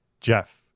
Jeff